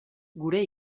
gure